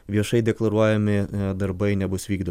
viešai deklaruojami darbai nebus vykdo